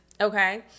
Okay